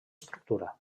estructura